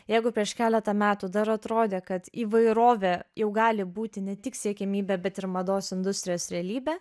jeigu prieš keletą metų dar atrodė kad įvairovė jau gali būti ne tik siekiamybė bet ir mados industrijos realybė